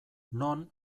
non